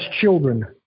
children